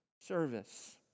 service